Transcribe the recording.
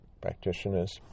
practitioners